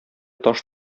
таш